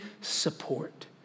support